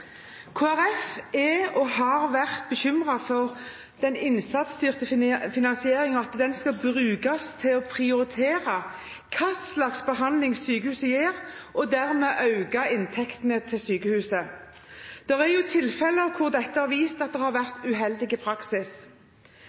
og har vært bekymret for at den innsatsstyrte finansieringen skal brukes til å prioritere hva slags behandling sykehuset gir, og dermed øke inntektene til sykehuset. Det er tilfeller hvor dette har vist seg å ha medført uheldig praksis.